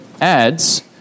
adds